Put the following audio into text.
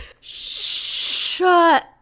Shut